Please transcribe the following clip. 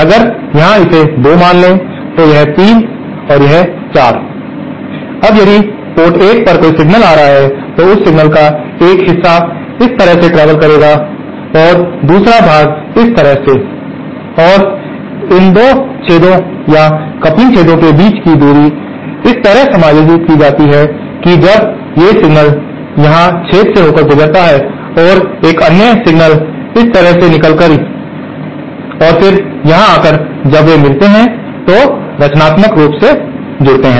अगर यहाँ इसे 2 मान लें तो यह 3 है और यह 4 है अब यदि पोर्ट 1 पर कोई सिग्नल आ रहा है तो उस सिग्नल का एक हिस्सा इस तरह से ट्रेवल करेगा और दूसरा भाग इस तरह से और इन 2 छेदों या कपलिंग छेदों के बीच की दूरी इस तरह समायोजित कि जाती हैं कि जब ये एक सिग्नल यहाँ छेद से होकर गुजरता है और एक अन्य सिग्नल इस तरह से निकलकर और फिर यहां आकर जब वे मिलते हैं तो वे रचनात्मक रूप से जोड़ते हैं